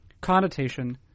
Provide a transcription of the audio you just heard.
connotation